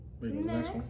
Next